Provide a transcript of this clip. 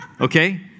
Okay